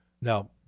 Now